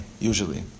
usually